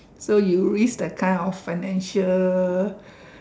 so you risk that kind of financial